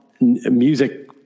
music